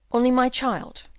only, my child,